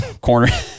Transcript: Corner